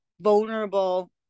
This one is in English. vulnerable